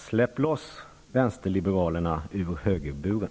Släpp loss vänsterliberalerna ur högerburen!